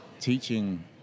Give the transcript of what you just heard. teaching